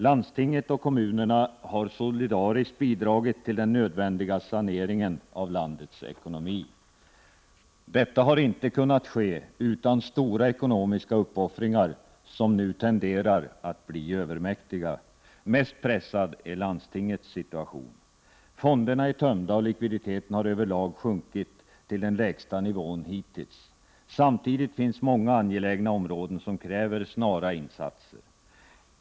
Landstinget och kommunerna har solidariskt bidragit till den nödvändiga saneringen av landets ekonomi. Detta har inte kunnat ske utan stora ekonomiska uppoffringar, som nu tenderar att bli övermäktiga. Mest pressad är landstingets situation. Fonderna är tömda och likviditeten har över lag sjunkit till den lägsta nivån hittills. Samtidigt finns många angelägna områden som kräver snara insatser.